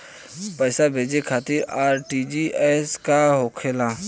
पैसा भेजे खातिर आर.टी.जी.एस का होखेला?